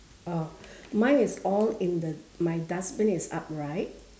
uh mine is all in the my dustbin is upright